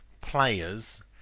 players